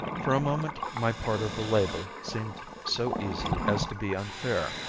for a moment my part of the labor seemed so easy as to be unfair.